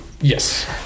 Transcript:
Yes